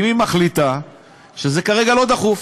אם היא מחליטה שזה כרגע לא דחוף,